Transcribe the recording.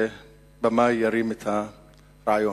שבמאי ירים את הרעיון.